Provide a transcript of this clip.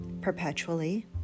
perpetually